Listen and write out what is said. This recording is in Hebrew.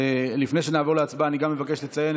לפני שנעבור להצבעה אני גם מבקש לציין